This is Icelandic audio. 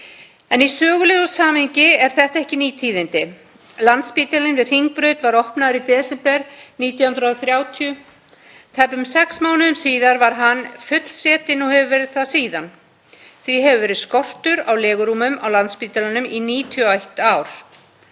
En í sögulegu samhengi eru þetta ekki ný tíðindi. Landspítalinn við Hringbraut var opnaður í desember 1930. Tæpum sex mánuðum síðar var hann fullsetinn og hefur verið það síðan. Því hefur verið skortur á legurúmum á Landspítalanum í 91 ár.